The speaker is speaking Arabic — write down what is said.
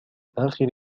آخر